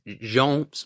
Jean